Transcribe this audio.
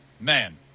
Man